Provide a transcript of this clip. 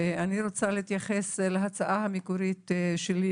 אני רוצה להתייחס להצעה המקורית שלי,